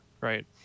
right